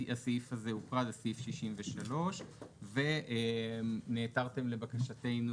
הסעיף הזה הוקרא לסעיף 53 ונעתרתם לבקשתנו,